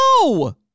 No